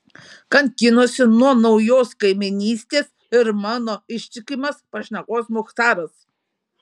kankinosi nuo naujos kaimynystės ir mano ištikimas pašnekovas muchtaras